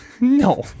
No